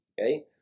Okay